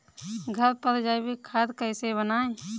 घर पर जैविक खाद कैसे बनाएँ?